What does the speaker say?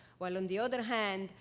while on the other hand,